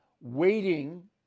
waiting